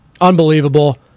Unbelievable